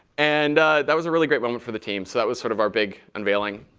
and that was a really great moment for the team. so that was sort of our big unveiling.